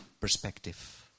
perspective